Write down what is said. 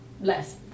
less